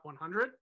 100